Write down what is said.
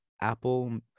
Apple